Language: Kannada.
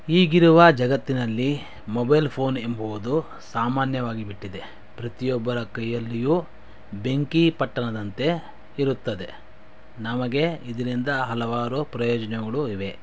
ಈಗಿರುವ ಜಗತ್ತಿನಲ್ಲಿ ಮೊಬೈಲ್ ಫೋನ್ ಎಂಬುವುದು ಸಾಮಾನ್ಯವಾಗಿ ಬಿಟ್ಟಿದೆ ಪ್ರತಿಯೊಬ್ಬರ ಕೈಯ್ಯಲ್ಲಿಯೂ ಬೆಂಕಿ ಪೊಟ್ಟಣದಂತೆ ಇರುತ್ತದೆ ನಮಗೆ ಇದರಿಂದ ಹಲವಾರು ಪ್ರಯೋಜನಗಳು ಇವೆ